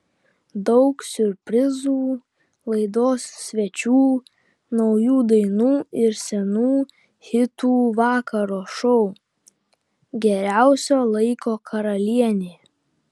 daug siurprizų laidos svečių naujų dainų ir senų hitų vakaro šou geriausio laiko karalienė